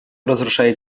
разрушает